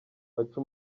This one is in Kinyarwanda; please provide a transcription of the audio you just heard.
baca